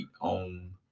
on